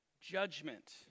judgment